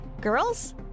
girls